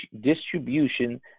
distribution